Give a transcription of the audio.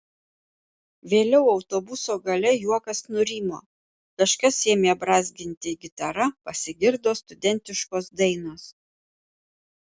vėliau autobuso gale juokas nurimo kažkas ėmė brązginti gitara pasigirdo studentiškos dainos